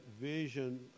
vision